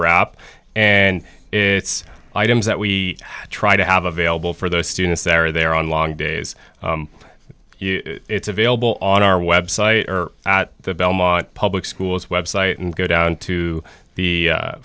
rap and it's items that we try to have available for those students that are there on long days it's available on our website at the belmont public school's website and go down to the